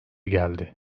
geldi